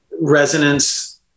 resonance